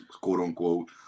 quote-unquote